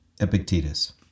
Epictetus